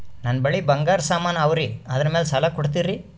ನನ್ನ ಬಳಿ ಬಂಗಾರ ಸಾಮಾನ ಅವರಿ ಅದರ ಮ್ಯಾಲ ಸಾಲ ಕೊಡ್ತೀರಿ?